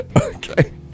Okay